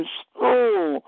school